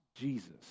Jesus